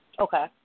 Okay